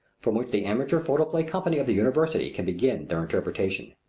from which the amateur photoplay company of the university can begin their interpretation.